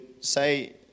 say